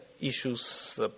issues